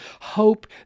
hope